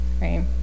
Right